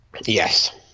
yes